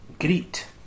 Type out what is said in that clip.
Greet